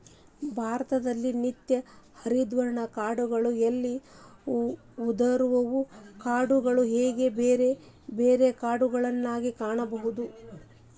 ಭಾರತದಲ್ಲಿ ನಿತ್ಯ ಹರಿದ್ವರ್ಣದ ಕಾಡುಗಳು ಎಲೆ ಉದುರುವ ಕಾಡುಗಳು ಹೇಗೆ ಬೇರೆ ಬೇರೆ ಕಾಡುಗಳನ್ನಾ ಕಾಣಬಹುದು